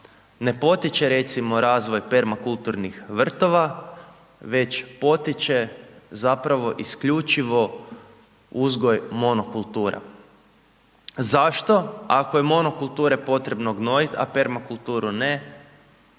ne potiče recimo razvoj permakulturnih vrtova već potiče zapravo isključivo uzgoj monokultura. Zašto ako je monokulture potrebno gnojiti a permakulturu ne,